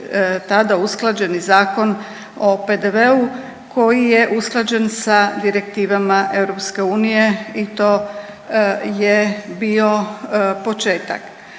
tada usklađeni Zakon o PDV-u koji je usklađen sa direktivama EU i to je bio početak.